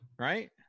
right